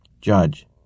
Judge